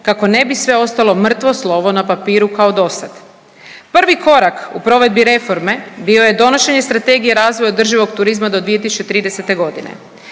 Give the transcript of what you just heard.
kako ne bi sve ostalo mrtvo slovo na papiru kao do sad. Prvi korak u provedbi reforme bio je donošenje Strategije razvoja održivog turizma do 2030. godine.